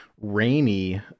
rainy